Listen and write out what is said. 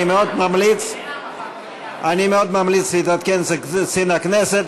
אני מאוד ממליץ להתעדכן אצל קצין הכנסת.